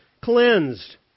cleansed